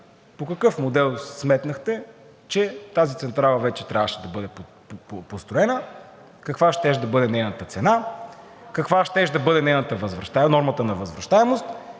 по какъв модел сметнахте, че тази централа вече трябваше да бъде построена; каква щеше да бъде нейната цена; каква щеше да бъде нормата на възвръщаемост